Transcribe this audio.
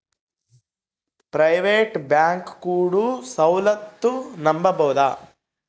Private bank ಕೊಡೊ ಸೌಲತ್ತು ನಂಬಬೋದ?